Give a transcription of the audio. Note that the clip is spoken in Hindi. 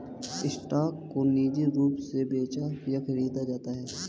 स्टॉक को निजी रूप से बेचा या खरीदा जाता है